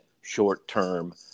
short-term